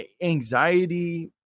anxiety